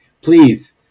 Please